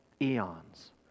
eons